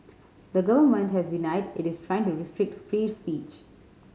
the government has denied it is trying to restrict free speech